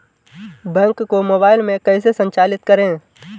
Bank को mobile में कैसे संचालित करें?